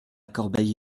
corbeil